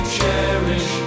cherish